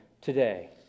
today